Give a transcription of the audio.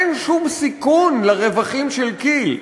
אין שום סיכון לרווחים של כי"ל,